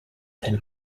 then